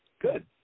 Good